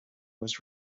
was